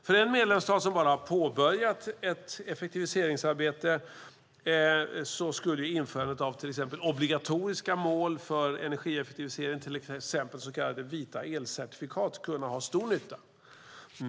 För en medlemsstat som bara påbörjat ett energieffektiviseringsarbete skulle införandet exempelvis av obligatoriska mål för energieffektivisering, till exempel så kallade vita elcertifikat, kunna vara till stor nytta.